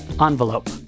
envelope